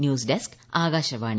news desk Akashvani